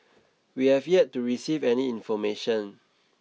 we have yet to receive any information